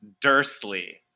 Dursley